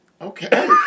Okay